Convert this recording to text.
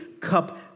cup